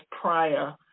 prior